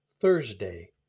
Thursday